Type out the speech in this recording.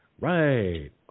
right